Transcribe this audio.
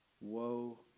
Woe